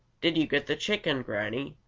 did you get the chicken, granny?